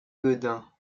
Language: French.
gaudin